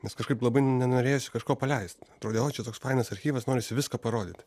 nes kažkaip labai nenorėjosi kažko paleist atrodė o čia toks fainas archyvas norisi viską parodyt